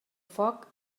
foc